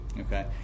Okay